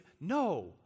No